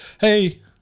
hey